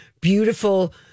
beautiful